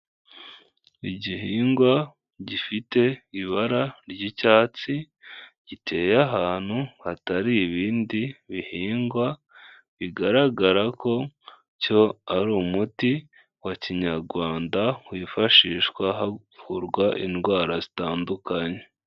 Igihingwa gifite ibara ry'icyatsi, giteye ahantu hatari ibindi bihingwa, bigaragara ko cyo ari umuti wa kinyarwanda, wifashishwa havurwa indwara zitandukanye.